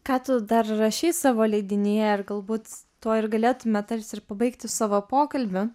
ką tu dar rašei savo leidinyje ir galbūt tuo ir galėtume tarsi ir pabaigti savo pokalbį